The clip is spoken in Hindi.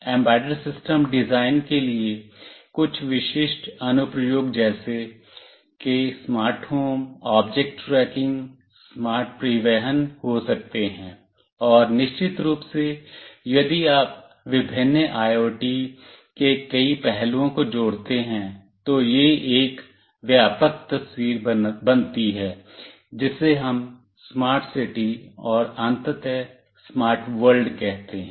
एम्बेडेड सिस्टम डिज़ाइन के लिए कुछ विशिष्ट अनुप्रयोग जैसे कि smart home object tracking smart परिवहन हो सकते हैं और निश्चित रूप से यदि आप विभिन्न आईओटी के कई पहलुओं को जोड़ते हैं तो यह एक व्यापक तस्वीर बनती है जिसे हम स्मार्ट सिटी और अंततः स्मार्ट वर्ल्ड कहते हैं